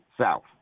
South